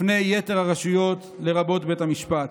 בפני יתר הרשויות, לרבות בית המשפט.